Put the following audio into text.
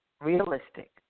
realistic